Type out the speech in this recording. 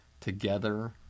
Together